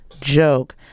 joke